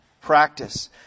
practice